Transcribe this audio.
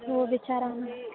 हो विचारा नं